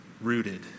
rooted